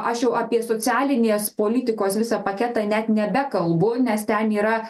aš jau apie socialinės politikos visą paketą net nebekalbu nes ten yra